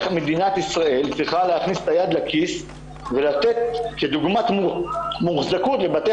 מדינת ישראל צריכה להכניס את היד לכיס ולתת מוחזקות לבתי